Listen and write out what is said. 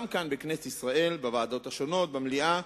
גם כאן בכנסת ישראל, בוועדות השונות ובמליאה.